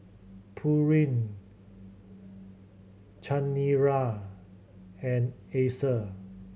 Pureen Chanira and Acer